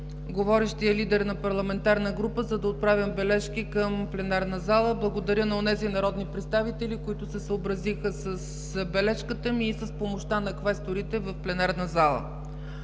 говорещия лидер на парламентарна група, за да отправям бележки към пленарната зала. Благодаря на онези народни представители, които се съобразиха със забележката ми и с помощта на квесторите в пленарната зала.